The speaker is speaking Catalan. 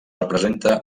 representa